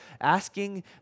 Asking